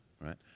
right